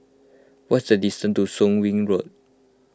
what's the distance to Soon Wing Road